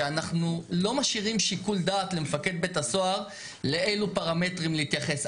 שאנחנו לא משאירים שיקול דעת למפקד בית הסוהר לאילו פרמטרים להתייחס.